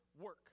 work